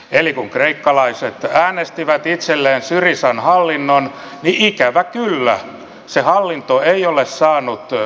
eli kun kreikkalaiset äänestivät itselleen syrizan hallinnon niin ikävä kyllä se hallinto ei ole saanut maata vakauden tilaan